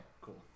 cool